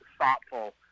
thoughtful